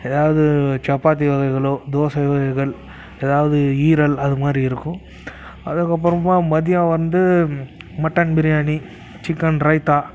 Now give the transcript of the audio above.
எதாவது சப்பாத்தி வகைகளோ தோசை வகைகள் எதாவது ஈரல் அதுமாதிரி இருக்கும் அதுக்கப்புறமா மதியம் வந்து மட்டன் பிரியாணி சிக்கன் ரைத்தா